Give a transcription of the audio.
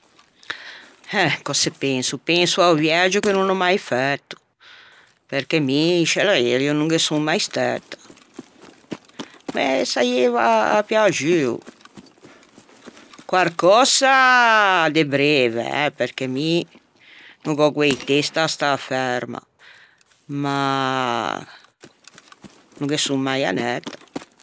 Eh cöse penso, penso a-o viægio che no ò mai fæto perché mi in sce l'aereo no ghe son mai stæta. Me saieiva piaxuo. Quarcösa de breve eh perché mi no gh'ò guæi testa à stâ ferma ma no ghe son mai anæta.